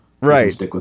Right